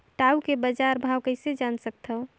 टाऊ के बजार भाव कइसे जान सकथव?